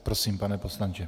Prosím, pane poslanče.